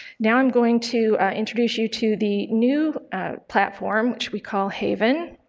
now i'm going to introduce you to the new platform, which we call haven.